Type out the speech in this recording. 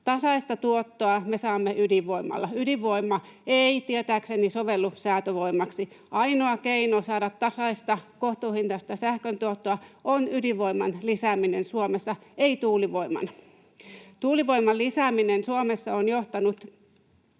Tasaista tuottoa me saamme ydinvoimalla. Ydinvoima ei tietääkseni sovellu säätövoimaksi. Ainoa keino saada tasaista kohtuuhintaista sähkön tuottoa Suomessa on ydinvoiman lisääminen, ei tuulivoiman. Tuulivoiman lisääminen Suomessa on johtamassa